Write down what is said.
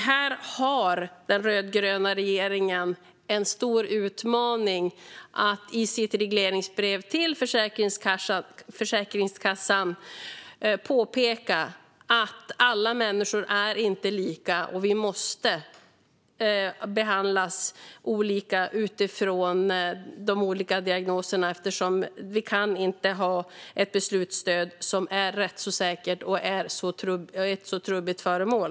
Här har den rödgröna regeringen en stor utmaning att i sitt regleringsbrev till Försäkringskassan påpeka att alla människor inte är lika och måste behandlas olika utifrån olika diagnoser. Vi kan inte ha ett beslutsstöd som är så rättsosäkert och ett så trubbigt föremål.